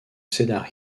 cedar